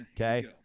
Okay